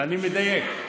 אני מדייק.